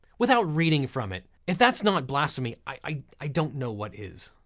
without reading from it. if that's not blasphemy, i i don't know what is.